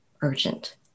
urgent